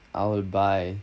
I'll buy